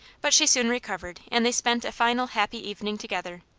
but she soon recovered and they spent a final happy evening together.